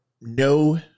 no